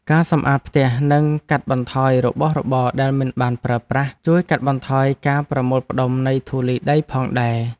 ការសម្អាតផ្ទះនិងកាត់បន្ថយរបស់របរដែលមិនបានប្រើប្រាស់ជួយកាត់បន្ថយការប្រមូលផ្តុំនៃធូលីដីផងដែរ។